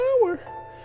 power